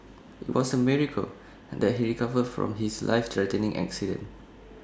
IT was A miracle that he recovered from his life threatening accident